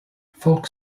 folk